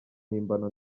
mpimbano